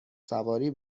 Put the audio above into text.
سواری